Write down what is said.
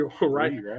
right